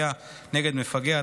(תביעה נגד מפגע),